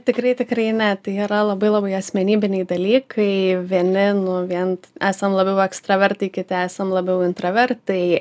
tikrai tikrai ne tai yra labai labai asmenybiniai dalykai vieni nu vien esam labiau ekstravertai kiti esam labiau intravertai